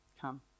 come